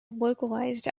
localised